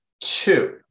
two